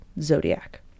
zodiac